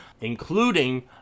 including